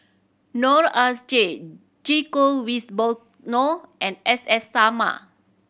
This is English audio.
Noor S J Djoko Wibisono and S S Sarma